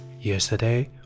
yesterday